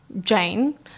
Jane